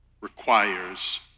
requires